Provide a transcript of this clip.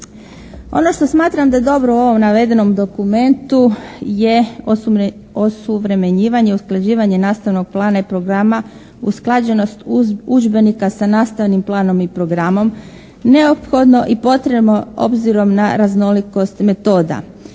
Ono što smatram da je dobro u ovom navedenom dokumentu je osuvremenjivanje i usklađivanje nastavnog plana i programa, usklađenost udžbenika sa nastavnim planom i programom, neophodno i potrebno obzirom na raznolikost metoda.